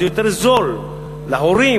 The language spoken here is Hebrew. זה יותר זול להורים,